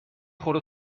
خورده